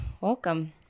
Welcome